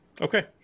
okay